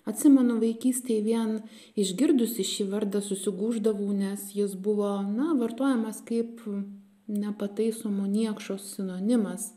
atsimenu vaikystėj vien išgirdusi šį vardą susigūždavau nes jis buvo na vartojamas kaip nepataisomo niekšo sinonimas